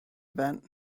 event